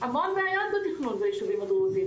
המון בעיות בתכנון ביישובים הדרוזים.